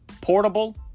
Portable